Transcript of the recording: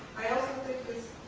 i also think this is